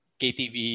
ktv